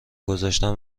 گذاشتن